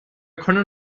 können